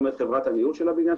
כלומר חברת הניהול של הבניין,